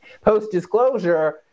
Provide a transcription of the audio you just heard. Post-disclosure